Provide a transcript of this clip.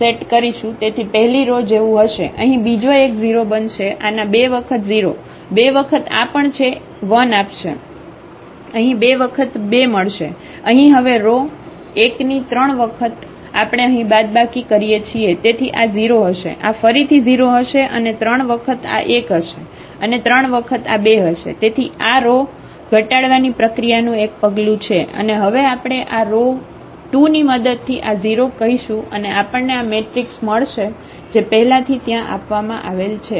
તેથી પહેલી રો જેવું હશે અહીં બીજો એક 0 બનશે આના બે વખત 0 બે વખત આ પણ છે 1 આપશે અહીં બે વખત 2 મળશે અહીં હવે રો 1 ની 3 વખત આપણે અહીં બાદબાકી કરીએ છીએ તેથી આ 0 હશે આ ફરીથી 0 હશે અને 3 વખત આ 1 હશે અને 3 વખત આ 2 હશે તેથી આ આ રો ઘટાડવાની પ્રક્રિયાનું એક પગલું છે અને હવે આપણે આ રો 2 ની મદદથી આ 0 કહીશું અને આપણને આ મેટ્રિક્સ મળશે જે પહેલાથી ત્યાં આપવામાં આવેલ છે